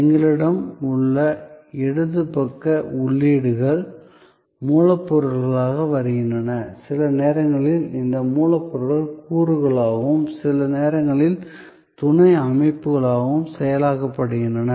எங்களிடம் உள்ள இடது பக்க உள்ளீடுகள் மூலப்பொருளாக வருகின்றன சில நேரங்களில் இந்த மூலப்பொருட்கள் கூறுகளாகவும் சில நேரங்களில் துணை அமைப்புகளாகவும் செயலாக்கப்படுகின்றன